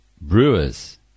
Brewers